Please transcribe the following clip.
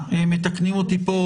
מתקנים אותי פה,